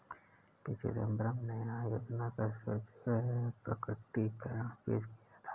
P Chidambaram ने आय योजना का स्वैच्छिक प्रकटीकरण पेश किया था